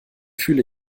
fühle